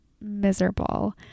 miserable